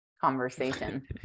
conversation